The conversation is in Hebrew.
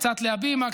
קצת להבימה,